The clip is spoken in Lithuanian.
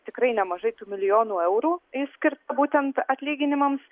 tikrai nemažai tų milijonų eurų išskirta būtent atlyginimams